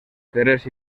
terres